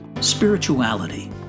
Spirituality